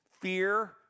fear